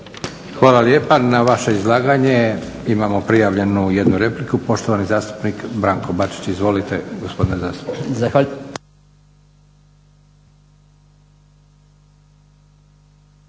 Hvala lijepa. Na vaše izlaganje imamo prijavljenu jednu repliku. Poštovani zastupnik Branko Bačić. Izvolite gospodine zastupniče.